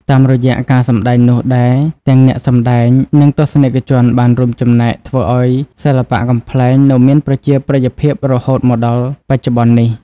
តាមរយៈការសម្ដែងនោះដែរ ទាំងអ្នកសម្ដែង និងទស្សនិកជនបានរួមចំណែកធ្វើឲ្យសិល្បៈកំប្លែងនៅមាន ប្រជាប្រិយភាពរហូតមកដល់បច្ចុប្បន្ននេះ។